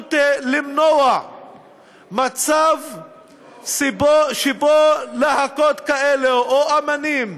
פשוט כדי למנוע מצב שבו להקות כאלה, או אמנים,